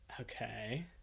Okay